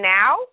now